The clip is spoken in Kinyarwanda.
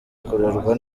kurerwa